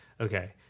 okay